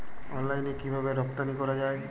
অনলাইনে কিভাবে রপ্তানি করা যায়?